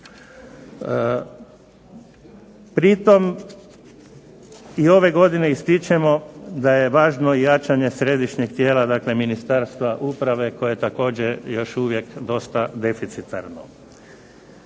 Pritom i ove godine ističemo da je važno jačanje središnjeg tijela, dakle Ministarstva uprave koje je također još uvijek dosta deficitarno.